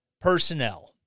personnel